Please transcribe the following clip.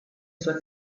suoi